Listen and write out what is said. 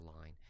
line